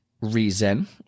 Reason